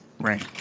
Right